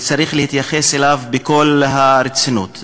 וצריך להתייחס אליו בכל הרצינות.